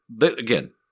again